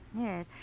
Yes